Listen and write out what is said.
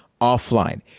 offline